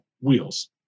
wheels